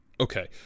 Okay